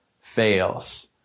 fails